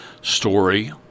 story